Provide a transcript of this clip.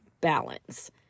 balance